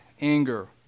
anger